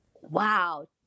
Wow